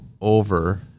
over